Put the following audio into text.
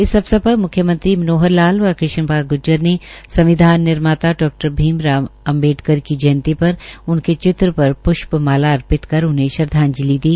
इस अवसर पर म्ख्यमंत्री मनोहर लाल व कृष्ण पाल गूर्जर ने संविधान निर्माता डा भीम राव अम्बेडकर की जयंती पर उनके चित्र पर प्ष्प माला अर्पित कर उनहें श्रद्वाजंलि दी